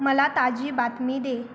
मला ताजी बातमी दे